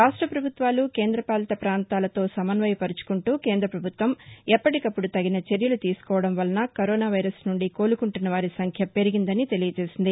రాష్ట పభుత్వాలు కేంద్ర పాలిత ప్రాంతాలతో సమన్వయ పరుచుకుంటూ కేంద్ర ప్రభుత్వం ఎప్పటికప్పుడు తగిన చర్యలు తీసుకోవడం వలన కరోనా వైరస్ నుండి కోలుకుంటున్న వారి సంఖ్య పెరిగిందని తెలియజేసింది